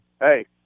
hey